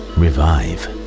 revive